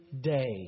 day